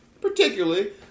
particularly